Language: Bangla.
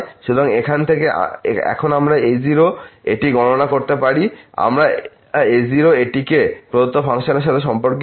সুতরাং এখান থেকে এখন আমরা a0 এটি গণনা করতে পারি আমরা a0 এটি কে প্রদত্ত ফাংশনের সাথে সম্পর্কিত করতে পারি